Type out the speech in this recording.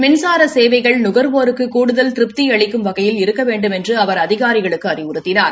மின்சார சேவைகள் நுகா்வோருக்கு கூடுதல் திருப்தி அளிக்கும் வகையில் இருக்க வேண்டுமென்று அவா அதிகாரிகளுக்கு அறிவுறுத்தினார்